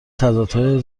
تضادهای